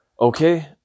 Okay